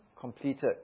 completed